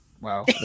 Wow